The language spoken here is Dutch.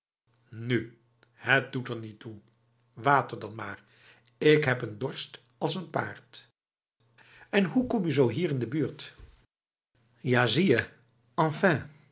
nu het doet er niet toe water dan maar ik heb een dorst als n paard en hoe kom je zo hier in de buurt ja zie je